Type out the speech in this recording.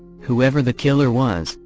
whoever the killer was,